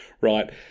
Right